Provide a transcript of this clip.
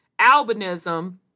albinism